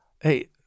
Hey